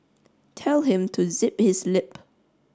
tell him to zip his lip